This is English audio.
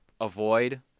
avoid